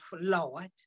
lord